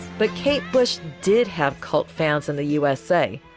but kate bush did have cult fans in the usa.